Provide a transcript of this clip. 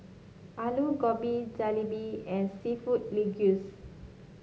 Alu Gobi Jalebi and seafood